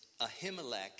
Ahimelech